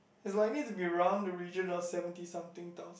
it's likely to be around the regional seventy something thousand